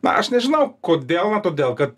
na aš nežinau kodėl na todėl kad